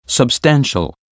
Substantial